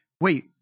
Wait